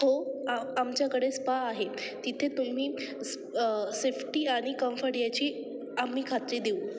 हो अ आमच्याकडे स्पा आहे तिथे तुम्ही सेफ्टी आणि कम्फर्ट याची आम्ही खात्री देऊ